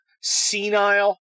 Senile